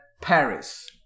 Paris